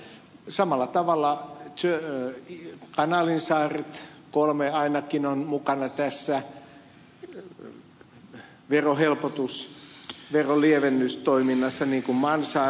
samalla tavalla kanaalisaaret kolme ainakin on mukana tässä verolievennystoiminnassa niin kuin mansaari